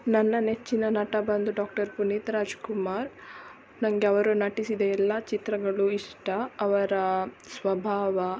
ನನ್ನ ನೆಚ್ಚಿನ ನಟ ಬಂದು ಡಾಕ್ಟರ್ ಪುನೀತ್ ರಾಜ್ಕುಮಾರ್ ನನಗೆ ಅವರು ನಟಿಸಿದ ಎಲ್ಲ ಚಿತ್ರಗಳು ಇಷ್ಟ ಅವರ ಸ್ವಭಾವ